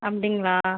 அப்படிங்களா